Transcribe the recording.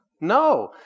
no